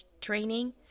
training